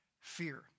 fear